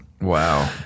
Wow